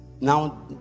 now